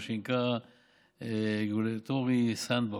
מה שנקרא regulatory sandbox,